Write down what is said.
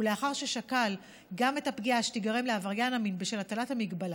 ולאחר ששקל גם את הפגיעה שתיגרם לעבריין המין בשל הטלת המגבלה.